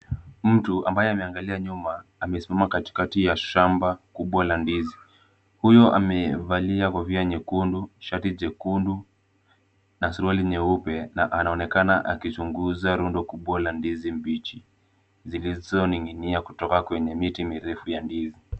Mtu ambaye ameangalia nyuma amesimama katikati ya shamba kubwa la ndizi. Huyo ameivalia kofia nyekundu, shati jekundu na suruali nyeupe na anaonekana akizunguza rundo kubwa la ndizi mbichi zilizoning'inia kutoka kwenye miti mirefu ya ndizi.